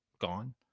gone